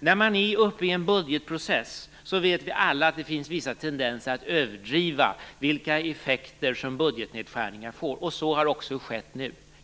När man är uppe i en budgetprocess vet vi alla att det finns vissa tendenser att överdriva effekterna av budgetnedskärningar. Så har också skett nu.